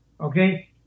okay